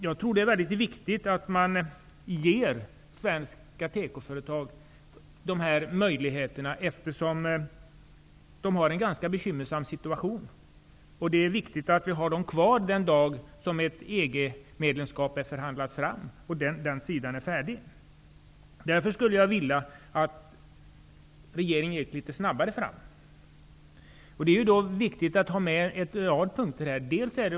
Jag tror att det är mycket viktigt att man ger svenska tekoföretag dessa möjligheter, eftersom de har en ganska bekymmersam situation. Det är viktigt att vi har dessa företag kvar den dag som ett EG-medlemskap har förhandlats fram. Därför skulle jag vilja att regeringen gick litet snabbare fram. Det är viktigt att ha med en rad punkter i detta sammanhang.